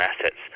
assets